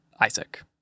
Isaac